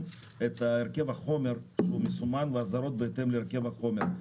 את הרכב החומר שהוא מסומן ואזהרות בהתאם להרכב החומר.